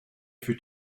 fut